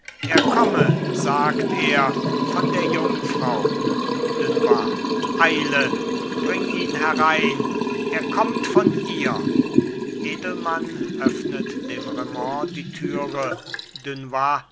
er komme sagt er von der jungfrau dunois eile bring ihn herein er kommt von ihr edelmann öffnet dem raimond die türe